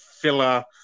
filler